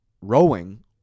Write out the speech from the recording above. rowing